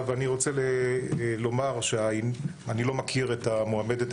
אני רוצה לומר שאני לא מכיר את המועמדת,